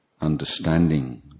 understanding